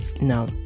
no